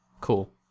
Cool